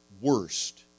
worst